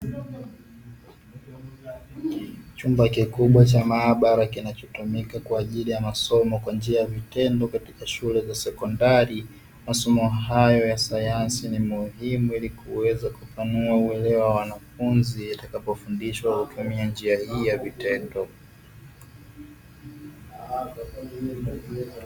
Chumba kikubwa cha maabara kinachotumika kwa ajili ya masomo kwa njia ya vitendo, katika shule za sekondari masomo hayo ya sayansi ni muhimu kwa ajili ya kwenda kupima uelewa wa wanafunzi, watakavyofundishwa kwa kutumia njia hii ya vitendo.